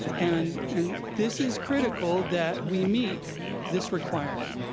and and this is critical that we meet this requirement.